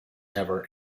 ever